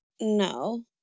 No